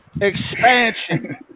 Expansion